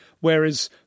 whereas